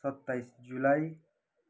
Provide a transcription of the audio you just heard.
सत्ताइस जुलाई